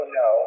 no